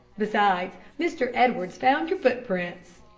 besides, mr. edwards found your foot-prints.